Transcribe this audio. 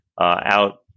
out